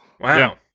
Wow